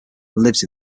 lives